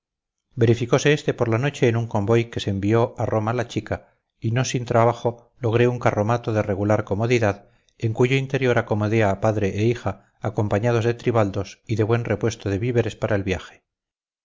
verificose este por la noche en un convoy que se envió a roma la chica y no sin trabajo logré un carromato de regular comodidad en cuyo interior acomodé a padre e hija acompañados de tribaldos y de buen repuesto de víveres para el viaje